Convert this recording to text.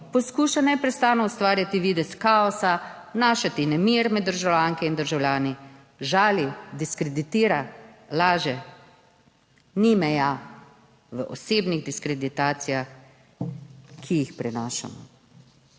poskuša neprestano ustvarjati videz kaosa, vnašati nemir med državljanke in državljani. Žali, diskreditira, laže, ni meja v osebnih diskreditacijah, ki jih prenašamo.